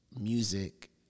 music